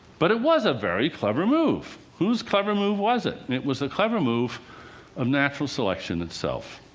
but it was a very clever move. whose clever move was it? it was the clever move of natural selection itself.